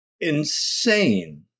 insane